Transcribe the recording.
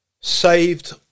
saved